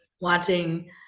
watching